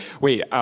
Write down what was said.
Wait